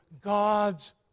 God's